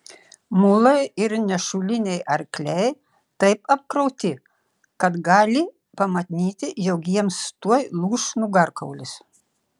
mulai ir nešuliniai arkliai taip apkrauti kad gali pamanyti jog jiems tuoj lūš nugarkaulis